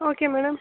okay madam